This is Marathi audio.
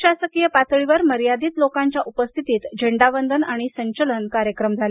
प्रशासकीय पातळीवर मर्यादीत लोकांच्या उपस्थितीत झेंडावंदन आणि संचलन कार्यक्रम झाले